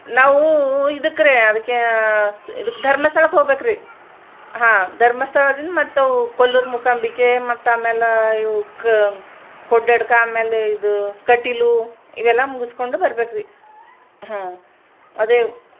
ನಾವೂ ಇದಕ್ಕೆ ಅದಕ್ಕೆ ಇದಕ್ಕೆ ಧರ್ಮಸ್ಥಳಕ್ಕೆ ಹೋಗ್ಬೇಕು ರಿ ಹಾಂ ಧರ್ಮಸ್ಥಳದಿಂದ ಮತ್ತು ಕೊಲ್ಲೂರು ಮೂಕಾಂಬಿಕೆ ಮತ್ತು ಆಮೇಲೆ ಇವಕ್ಕೆ ಕೊಡ್ಯಡಕ್ಕ ಆಮೇಲೆ ಇದು ಕಟೀಲು ಇವೆಲ್ಲ ಮುಗಿಸ್ಕೊಂಡು ಬರಬೇಕ್ರೀ ಹಾಂ ಅದೇ